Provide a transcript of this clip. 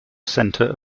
centre